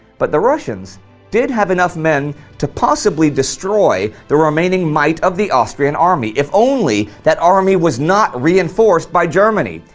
but the russians did have enough men to possibly destroy the remaining might of the austrian army, if only that army was not reinforced by germany.